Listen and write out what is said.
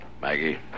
Maggie